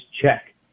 check